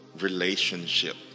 relationship